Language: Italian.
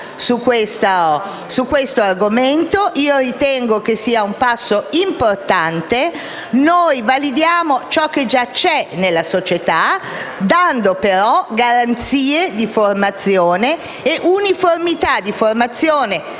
su questo argomento. Ritengo sia un passo importante. Noi validiamo ciò che già c'è nella società, dando però garanzie e uniformità di formazione